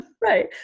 Right